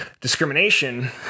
discrimination